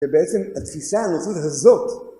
שבעצם התפיסה הנוכחית הזאת